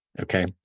Okay